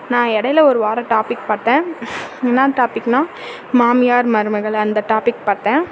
நான் இடையில ஒரு வாரம் டாபிக் பார்த்தேன் என்னா டாப்பிக்ன்னா மாமியார் மருமகள் அந்த டாபிக் பார்த்தேன்